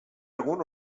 egun